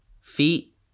feet